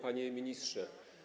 Panie Ministrze!